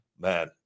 man